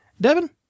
Devin